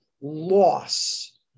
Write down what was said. loss